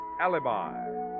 alibi